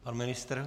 Pan ministr?